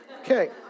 Okay